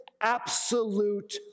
absolute